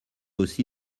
aussi